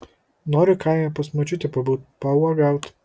noriu kaime pas močiutę pabūt pauogaut